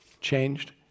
changed